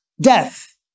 death